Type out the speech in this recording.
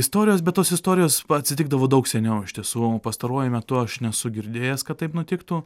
istorijos bet tos istorijos atsitikdavo daug seniau iš tiesų pastaruoju metu aš nesu girdėjęs kad taip nutiktų